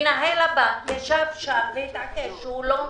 מנהל הבנק ישב שם והתעקש שלא.